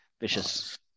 vicious